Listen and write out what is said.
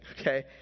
okay